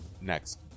Next